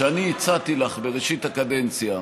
שאני הצעתי לך בראשית הקדנציה,